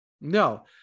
no